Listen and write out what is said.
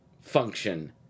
function